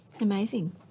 Amazing